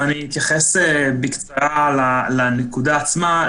אתייחס בקצרה לנקודה עצמה.